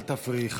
אל תפריעי.